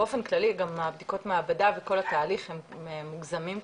באופן כללי גם בדיקות המעבדה בכל התהליך הם מוגזמים קצת.